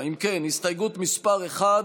לסגר כללי,